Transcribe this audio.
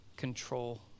control